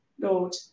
Lord